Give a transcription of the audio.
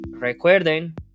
Recuerden